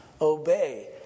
obey